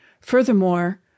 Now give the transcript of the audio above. Furthermore